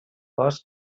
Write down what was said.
bosc